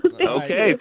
okay